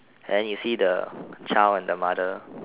then you see the child and the mother